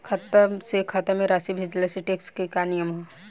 खाता से खाता में राशि भेजला से टेक्स के का नियम ह?